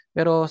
Pero